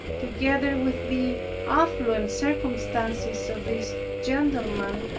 together with the affluent circumstances of this gentleman,